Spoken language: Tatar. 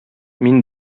мин